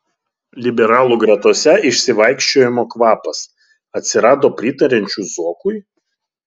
liberalų gretose išsivaikščiojimo kvapas atsirado pritariančių zuokui